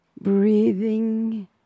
Breathing